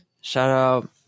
Shout-out